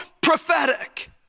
prophetic